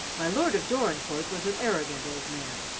my lord of dorincourt was an arrogant old man,